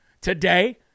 today